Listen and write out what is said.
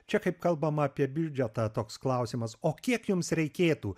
čia kaip kalbama apie biudžetą toks klausimas o kiek jums reikėtų